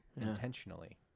intentionally